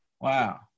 Wow